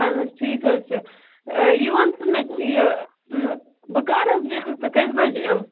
اد حظ ٹھیٖک حظ چھُ یہِ وَنتہٕ مےٚ یہِ بہٕ کر حظ نیرٕ تہٕ کٔژِ بجہِ یمہ